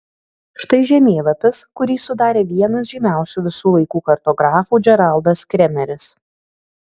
štai žemėlapis kurį sudarė vienas žymiausių visų laikų kartografų džeraldas kremeris